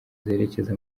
zerekeza